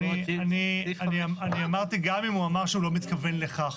אני אמרתי, גם אם הוא אמר שהוא לא מתכוון לכך.